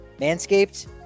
Manscaped